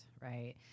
Right